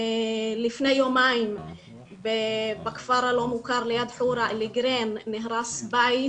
לפני יומיים בכפר הלא מוכר ליד חורה אלגראין נהרס בית